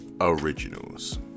originals